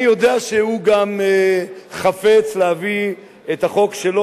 אני יודע שהוא גם חפץ להביא את החוק שלו,